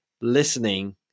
listening